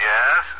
Yes